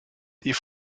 die